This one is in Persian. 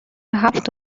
هفت